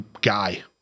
guy